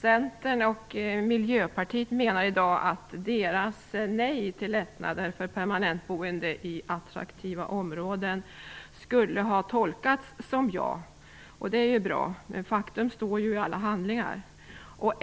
Centern och Miljöpartiet menar i dag att deras nej till lättnader för permanent boende i attraktiva områden skulle ha tolkats som ja, och det är ju bra, men faktum står ju i alla handlingar.